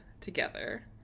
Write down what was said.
together